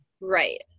right